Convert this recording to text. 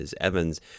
Evans